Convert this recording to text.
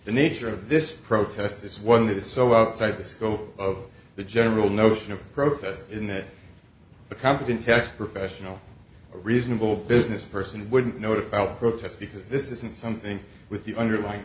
the nature of this protest is one that is so outside the scope of the general notion of protest in that a competent tech professional reasonable business person wouldn't know about protests because this isn't something with the underlying